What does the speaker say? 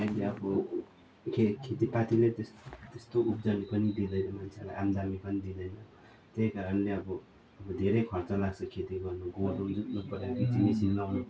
अनि अब केही खेतीपाती नै त्यस्तो उब्जनी पनि दिँदैन मान्छेलाई आमदामी पनि दिँदैन त्यही कारणले नै अब धेरै खर्च लाग्छ खेती गर्नु गोरु जोत्नु पऱ्यो मेसिन लगाउनु पऱ्यो